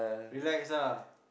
relax ah